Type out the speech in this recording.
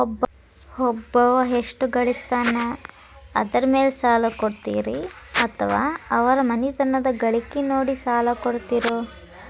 ಒಬ್ಬವ ಎಷ್ಟ ಗಳಿಸ್ತಾನ ಅದರ ಮೇಲೆ ಸಾಲ ಕೊಡ್ತೇರಿ ಅಥವಾ ಅವರ ಮನಿತನದ ಗಳಿಕಿ ನೋಡಿ ಸಾಲ ಕೊಡ್ತಿರೋ?